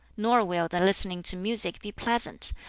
nor will the listening to music be pleasant,